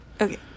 Okay